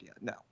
No